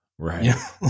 Right